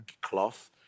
cloth